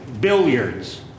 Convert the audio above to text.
billiards